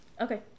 Okay